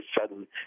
sudden